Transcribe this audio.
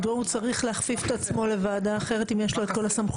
מדוע הוא צריך להכפיף את עצמו לוועדה אחרת אם יש לו את כל הסמכויות?